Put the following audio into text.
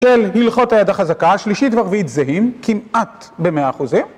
של הלכות היד חזקה, שלישית ורביעית זהים כמעט במאה אחוזים